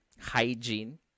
hygiene